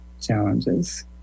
challenges